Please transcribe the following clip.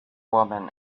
woman